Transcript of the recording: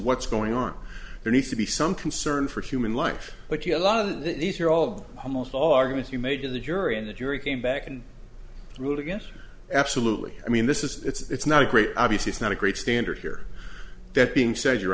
what's going on there needs to be some concern for human life but you know a lot of these are all almost all arguments you made to the jury and the jury came back and threw it against absolutely i mean this is it's not a great obviously it's not a great standard here that being said you